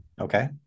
okay